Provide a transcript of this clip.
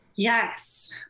Yes